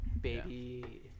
Baby